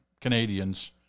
Canadians